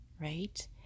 Right